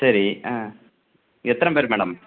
சரி ஆ எத்தனை பேர் மேடம்